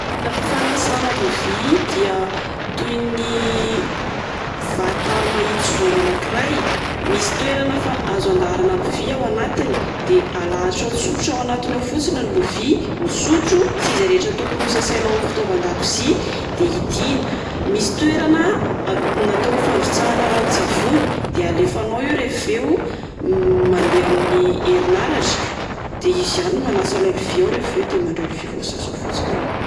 Ny milina fanasana lovia dia toy nyvata mahitsy zoro anakiray. Misy toerana fa- azo andaharana lovia ao anatiny. Dia alahatrao tsotra ao anatiny ao fotsiny ny lovia, ny sotro sy izay rehetra tokony ho sasainao ao amin'y fitaovan-dakozia, de idina. Misy toerana a-natao fandrotsahana rano-tsavony de alefanao io rehefa avy eo. M- mandeha amin'ny herinaratra. Dia izy ihany no manasa ilay lovia ao avy eo. Rehefa avy eo dia mandray lovia voasasa fotsiny enao avy eo.